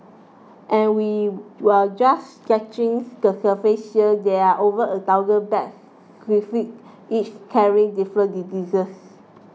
and we're just scratching the surface there are over a thousand bat each carrying different diseases